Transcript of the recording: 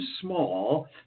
small